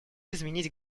изменить